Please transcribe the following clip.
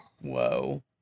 whoa